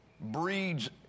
breeds